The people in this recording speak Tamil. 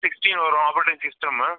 சிக்ஸ்ட்டீன் வரும் ஆப்ரேட்டிங் சிஸ்டம்மு